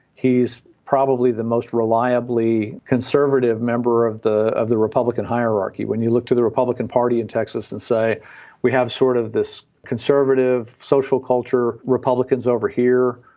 he's probably the most reliably conservative member of the of the republican hierarchy when you look to the republican party in texas and say we have sort of this conservative social culture republicans over here.